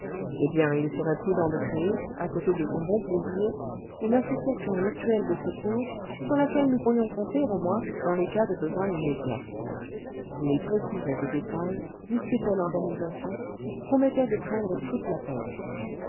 eh bien il serait prudent de créer à côté de son bon plaisir une association mutuelle de secours sur laquelle nous pourrions compter au moins dans les cas de besoins immédiats et il précisait des détails discutait l'organisation promettait de prendre toute la peine